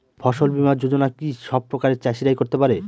ফসল বীমা যোজনা কি সব প্রকারের চাষীরাই করতে পরে?